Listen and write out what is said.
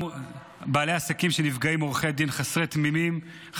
בעלי עסקים שנפגעים מעורכי דין חסרי רחמים,